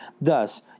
Thus